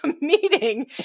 meeting